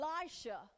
Elisha